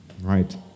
Right